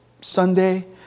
Sunday